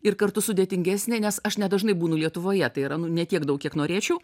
ir kartu sudėtingesnė nes aš nedažnai būnu lietuvoje tai yra nu ne tiek daug kiek norėčiau